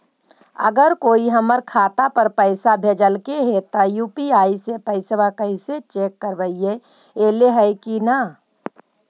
अगर कोइ हमर खाता पर पैसा भेजलके हे त यु.पी.आई से पैसबा कैसे चेक करबइ ऐले हे कि न?